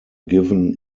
given